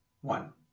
one